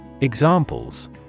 Examples